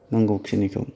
नांगौखिनिखौ